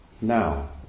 now